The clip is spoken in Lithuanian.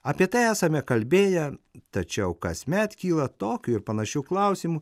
apie tai esame kalbėję tačiau kasmet kyla tokių ir panašių klausimų